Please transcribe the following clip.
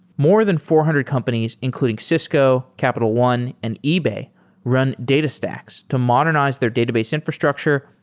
more than four hundred companies including cisco, capital one, and ebay run datastax to modernize their database infrastructure,